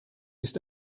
ist